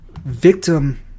victim